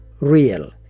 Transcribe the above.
real